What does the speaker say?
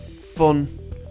fun